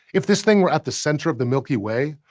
if this thing were at the center of the milky way,